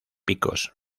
picos